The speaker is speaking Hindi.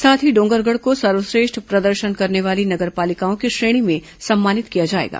साथ ही डोंगरगढ़ को सर्वश्रेष्ठ प्रदर्शन करने वाली नगर पालिकाओं की श्रेणी में सम्मानित किया जाएगा